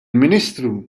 ministru